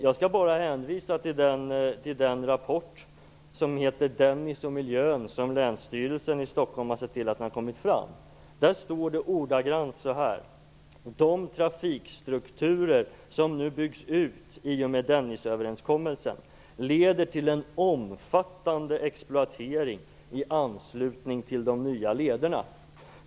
Jag skall bara hänvisa till den rapport som heter Dennis och miljön, som Länsstyrelsen i Stockholm har sett till att den har kommit fram. Där står det ordagrant så här: "- de trafikstrukturer som nu byggs ut i och med Dennisöverenskommelsen leder till en omfattande exploatering i anslutning till de nya lederna".